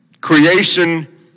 creation